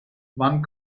wann